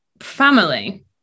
family